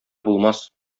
булмас